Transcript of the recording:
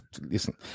Listen